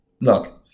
Look